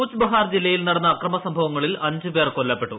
കൂച്ച് ബിഹാർ ജില്ലയിൽ നടന്ന അക്രമസംഭവങ്ങളിൽ അഞ്ച് പേർ കൊല്ലപ്പെട്ടു